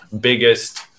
biggest